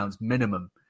minimum